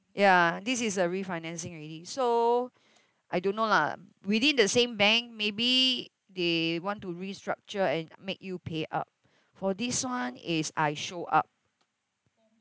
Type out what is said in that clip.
ya this is a refinancing already so I don't know lah within the same bank maybe they want to restructure and make you pay up for this one is I show up